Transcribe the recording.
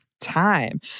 time